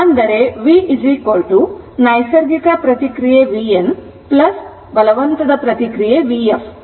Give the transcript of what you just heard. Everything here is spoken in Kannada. ಅಂದರೆ v ನೈಸರ್ಗಿಕ ಪ್ರತಿಕ್ರಿಯೆ vn ಬಲವಂತದ ಪ್ರತಿಕ್ರಿಯೆ vf